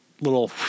little